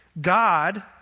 God